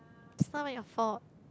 is not even your fault